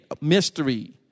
mystery